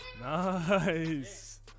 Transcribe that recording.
Nice